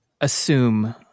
assume